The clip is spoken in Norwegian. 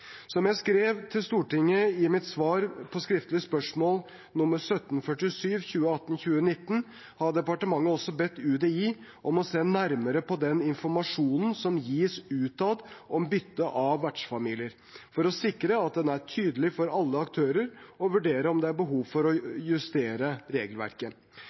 Som jeg skrev til Stortinget i mitt svar på skriftlig spørsmål nr. 1747 for 2018–2019, har departementet også bedt UDI om å se nærmere på den informasjonen som gis utad om bytte av vertsfamilier, for å sikre at den er tydelig for alle aktører og vurdere om det er behov for å justere regelverket.